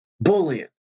bullying